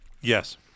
Yes